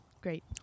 Great